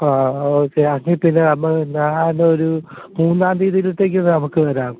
ആ ഓക്കെ എങ്കിൽ പിന്നെ അമ്മ് ഞാനൊരു മൂന്നാം തിയതിയിലേക്ക് നമുക്ക് വരാം